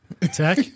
Tech